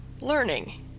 Learning